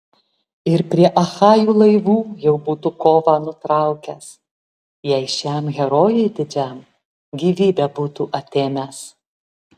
ir prie achajų laivų jau būtų kovą nutraukęs jei šiam herojui didžiam gyvybę būtų atėmęs